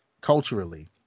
culturally